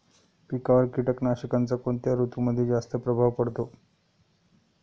पिकांवर कीटकनाशकांचा कोणत्या ऋतूमध्ये जास्त प्रभाव पडतो?